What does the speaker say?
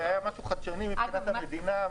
זה היה משהו חדשני מבחינת המדינה,